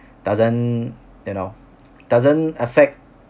doesn't you know doesn't affect